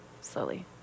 slowly